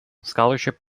scholarship